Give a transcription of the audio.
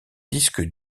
disque